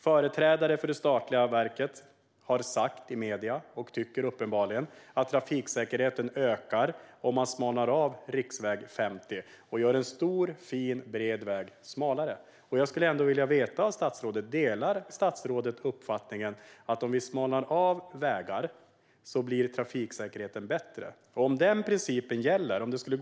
Företrädare för det statliga verket har i medierna sagt och tycker uppenbarligen att trafiksäkerheten ökar om man gör riksväg 50 smalare. Man gör en stor, fin och bred väg smalare. Jag vill ändå veta om statsrådet delar uppfattningen att trafiksäkerheten blir bättre om vi gör vägar smalare. Är det den principen som gäller?